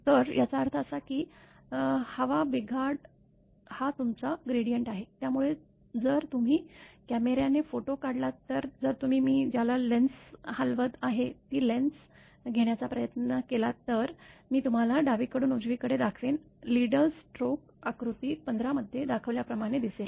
तर याचा अर्थ असा की हवा बिघाड हा तुमचा ग्रेडिएंट आहे त्यामुळे जर तुम्ही कॅमेऱ्याने फोटो काढलात तर जर तुम्ही मी ज्या लेन्स हलवत आहे ती लेन्स घेण्याचा प्रयत्नकेलात तर मी तुम्हाला डावीकडून उजवीकडे दाखवेन लीडर्स स्ट्रोक आकृती १५ मध्ये दाखवल्याप्रमाणे दिसेल